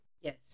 Yes